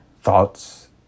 thoughts